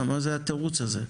מה זה התירוץ הזה?